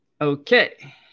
Okay